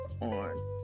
on